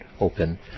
open